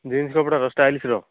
jeans କପଡ଼ାର ଷ୍ଟାଇଲିସ୍ର